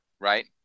right